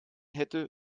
hätte